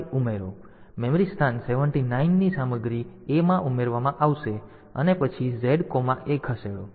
તેથી મેમરી સ્થાન 79 ની સામગ્રી A માં ઉમેરવામાં આવશે અને પછી ZA ખસેડો